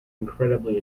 incredibly